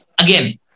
Again